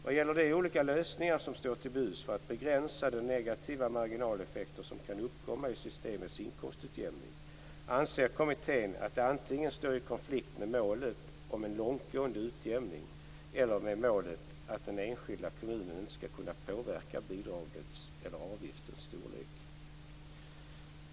Vad gäller de olika lösningar som står till buds för att begränsa de negativa marginaleffekter som kan uppkomma i systemets inkomstutjämning anser kommittén att de står i konflikt antingen med målet om en långtgående utjämning eller med målet att den enskilda kommunen inte skall kunna påverka bidragets eller avgiftens storlek.